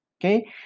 Okay